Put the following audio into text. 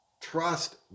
trust